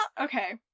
Okay